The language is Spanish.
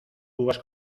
uvas